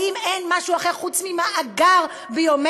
האם אין משהו אחר חוץ ממאגר ביומטרי,